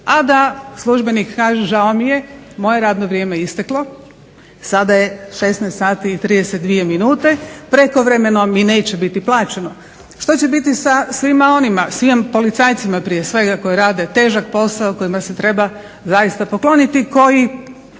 a da službenik kaže žao mi je, moje radno vrijeme je isteklo, sada je 16,32 sati, prekovremeno mi neće biti plaćeno. Što će biti sa svima onima, svim policajcima prije svega koji rade težak posao, kojima se treba zaista pokloniti, koji